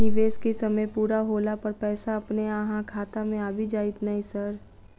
निवेश केँ समय पूरा होला पर पैसा अपने अहाँ खाता मे आबि जाइत नै सर?